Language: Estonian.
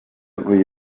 või